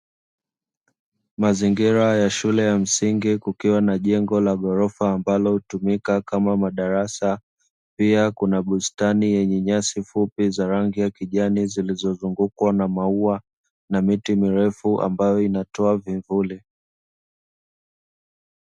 Mazingira ya shule ya msingi kukiwa na jengo la ghorofa ambalo hutumika kama madarasa, pia kuna bustani yenye nyasi fupi za rangi ya kijani zilizozungukwa na maua, na miti mirefu ambayo inatoa vivuli.